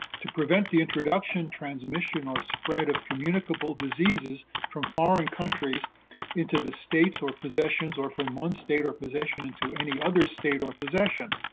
to prevent the introduction, transmission, or spread of communicable diseases from foreign countries into the states or possessions, or from one state or possession into any other state or possession.